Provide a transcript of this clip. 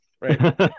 Right